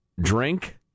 drink